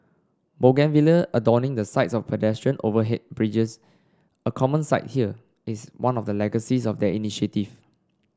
bougainvillea adorning the sides of pedestrian overhead bridges a common sight here is one of the legacies of the initiative